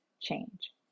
change